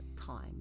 time